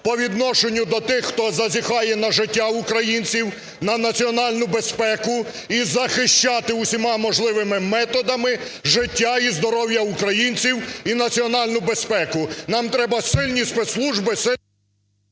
по відношенню до тих, хто зазіхає на життя українців, на національну безпеку, і захищати усіма можливими методами життя і здоров'я українців, і національну безпеку. Нам треба сильні спецслужби…